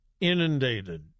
inundated